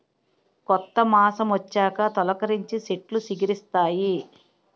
కొత్త మాసమొచ్చాక తొలికరించి సెట్లు సిగిరిస్తాయి